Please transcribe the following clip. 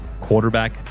quarterback